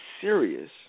serious